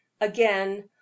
Again